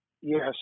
Yes